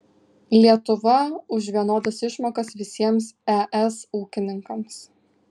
lietuva už vienodas išmokas visiems es ūkininkams